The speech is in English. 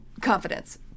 confidence